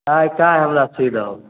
आइ तँ हमरा सीब दहो